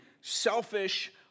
selfish